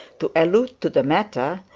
to allude to the matter,